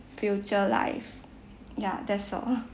future life ya that's all